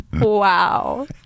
Wow